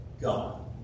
God